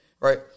Right